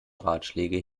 ratschläge